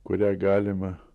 kurią galima